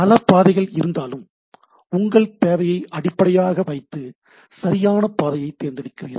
பல பாதைகள் இருந்தாலும் உங்கள் தேவையை அடிப்படையாக வைத்து சரியான பாதையை தேர்ந்தெடுக்கிறீர்கள்